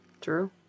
true